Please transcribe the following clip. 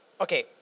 okay